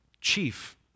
chief